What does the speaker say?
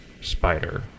spider